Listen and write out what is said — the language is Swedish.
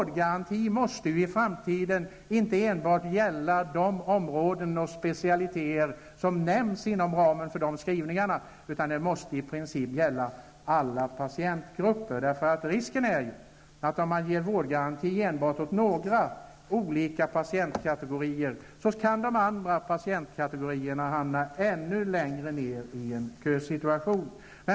Den behöver i framtiden inte enbart omfatta de områden och specialitéer som nämns i skrivningarna, utan vårdgaranti måste i princip gälla alla patientgrupper. Om man ger vårdgaranti enbart för några olika patientkategorier, finns det risk för att övriga patientkategorier hamnar ännu längre bak i kön.